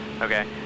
Okay